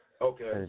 Okay